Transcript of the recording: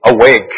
awake